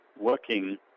working